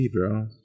bro